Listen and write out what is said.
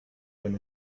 when